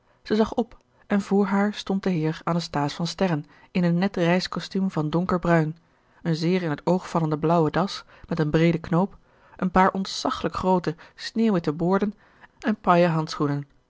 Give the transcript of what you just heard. zij zag op en vr haar stond de heer anasthase van sterren in een net reiscostuum van donkerbruin een zeer in het oog vallende blauwe das met een breeden knoop een paar ontzaggelijk groote sneeuwwitte boorden en paille handschoenen